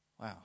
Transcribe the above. wow